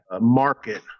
market